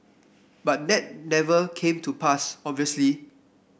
but that never came to pass obviously